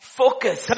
focus